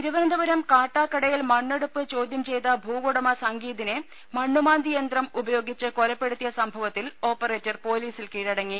തിരുവന്തപുരം കാട്ടാക്കടയിൽ മണ്ണെടുപ്പ് ചോദ്യംചെയ്ത ഭൂവുടമ സംഗീതിനെ മണ്ണുമാന്തിയന്ത്രം ഉപയോഗിച്ച് കൊലപ്പെടു ത്തിയ സംഭവത്തിൽ ഓപ്പറേറ്റർ പൊലീസിൽ കീഴടങ്ങി